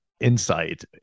insight